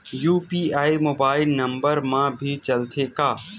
UPI mobile number मा भी चलते हे का?